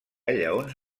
lleons